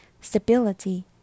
stability